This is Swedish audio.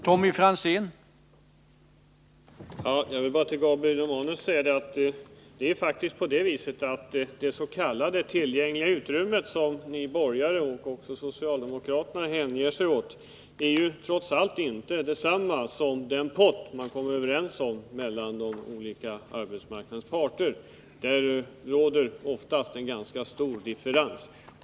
Herr talman! Jag vill bara säga till Gabriel Romanus att det s.k. tillgängliga utrymmet, som ni borgare och även socialdemokraterna med förkärlek talar om, trots allt inte är detsamma som den pott som arbetsmarknadens parter har kommit överens om. Där är det oftast en ganska stor differens.